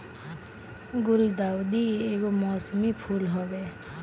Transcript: गुलदाउदी एगो मौसमी फूल हवे